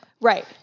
right